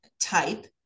type